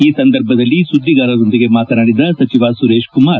ಈ ಸಂದರ್ಭದಲ್ಲಿ ಸುದ್ದಿಗಾರರೊಂದಿಗೆ ಮಾತನಾಡಿದ ಸಚಿವ ಸುರೇಶ್ ಕುಮಾರ್